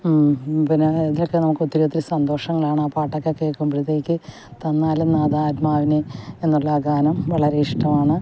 പിന്നെ ഇതൊക്കെ നമുക്ക് ഒത്തിരി ഒത്തിരി സന്തോഷങ്ങളാണ് ആ പാട്ടൊക്കെ കേൾക്കുമ്പോഴത്തേക്കും തന്നാലും നാഥാ ആത്മാവിനെ എന്നുള്ള ആ ഗാനം വളരെ ഇഷ്ടമാണ്